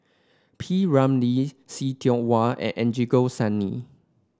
P Ramlee See Tiong Wah and Angelo Sanelli